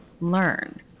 learn